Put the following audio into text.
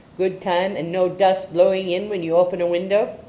good time, and no dust blowing in when you open a window.